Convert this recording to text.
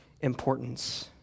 importance